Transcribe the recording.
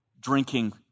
drinking